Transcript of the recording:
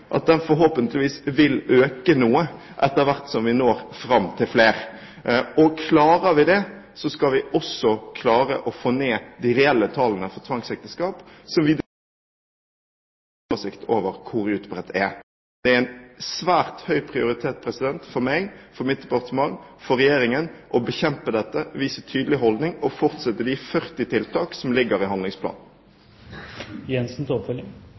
at den forhåpentligvis vil øke noe etter hvert som vi når fram til flere. Klarer vi det, skal vi også klare å få ned de reelle tallene for tvangsekteskap, for vi har dessverre ennå ikke full oversikt over hvor utbredt dette er. Men det har svært høy prioritet fra min side, mitt departement og Regjeringen å bekjempe dette, vise en tydelig holdning og fortsette med de 40 tiltak som ligger i